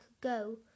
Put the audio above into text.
go